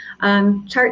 Chart